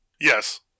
Yes